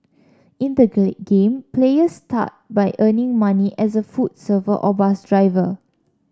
in the game players start by earning money as a food server or bus driver